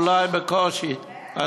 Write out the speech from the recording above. אולי בקושי.